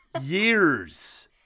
years